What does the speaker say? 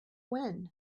when